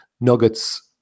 nuggets